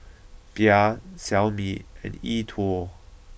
Bia Xiaomi and E Twow